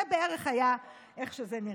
זה בערך היה איך שזה נראה.